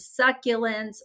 succulents